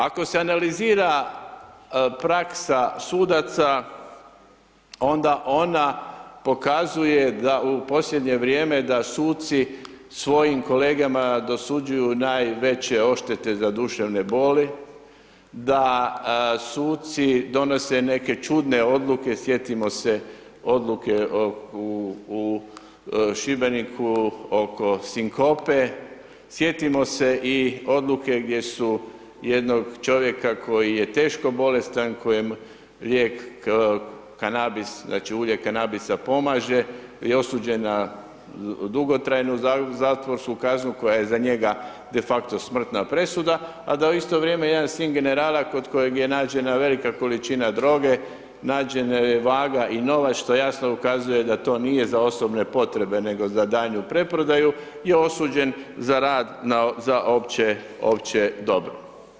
Ako se analizira praksa sudaca, onda ona pokazuje da u posljednje vrijeme da suci svojim kolegama dosuđuju najveće odštete za duševne boli, da suci donose neke čudne odluke, sjetimo se odluke u Šibeniku oko sinkope, sjetimo se i odluke gdje su jednog čovjeka koji je teško bolestan, kojemu lijek kanabis, znači, ulje kanabisa pomaže, je osuđen na dugotrajnu zatvorsku kaznu koja je za njega defakto smrtna presuda, a da u isto vrijeme jedan sin generala kod kojeg je nađena velika količina droge, nađena je vaga i novac, što jasno ukazuje da to nije za osobne potrebe, nego za daljnju preprodaju, je osuđen za rad za opće dobro.